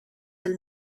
del